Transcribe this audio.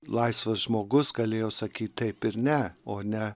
laisvas žmogus galėjo sakyt taip ir ne o ne